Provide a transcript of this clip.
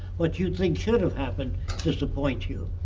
what you think should have happened disappoints you.